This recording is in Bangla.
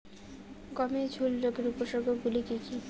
গমের ঝুল রোগের উপসর্গগুলি কী কী?